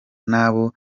n’abo